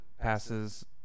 passes